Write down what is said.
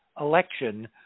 election